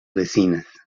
vecinas